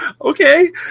Okay